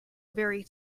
very